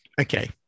Okay